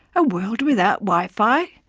a world without wi fi?